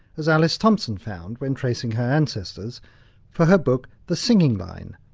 as alice thompson found when tracing her ancestors for her book, the singing line,